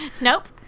Nope